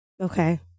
Okay